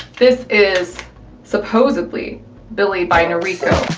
this is supposedly billie by noriko.